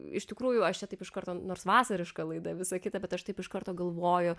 iš tikrųjų aš čia taip iš karto nors vasariška laida visa kita bet aš taip iš karto galvoju